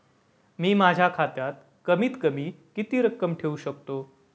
मी माझ्या खात्यात कमीत कमी किती रक्कम ठेऊ शकतो?